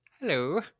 Hello